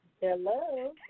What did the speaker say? Hello